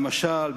למשל,